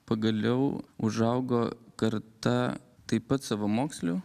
pagaliau užaugo karta taip pat savamokslių